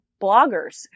bloggers